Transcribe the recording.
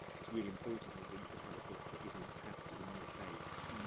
it's really important that that you can have a book that isn't, perhaps, in your face,